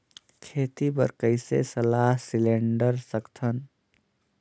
खेती बर कइसे सलाह सिलेंडर सकथन?